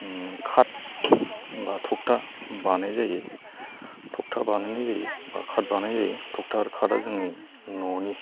उम खाथ बा थखथा बानायनाय जायो थखथा बानायनाय जायो बा खाथ बानायनाय जायो थखथा आरो खाथा जोंनि न'नि